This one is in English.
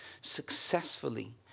successfully